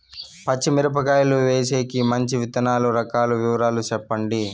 పచ్చి మిరపకాయలు వేసేకి మంచి విత్తనాలు రకాల వివరాలు చెప్పండి?